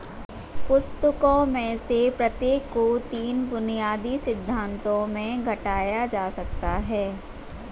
पुस्तकों में से प्रत्येक को तीन बुनियादी सिद्धांतों में घटाया जा सकता है